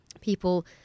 People